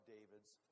David's